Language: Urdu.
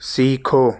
سیکھو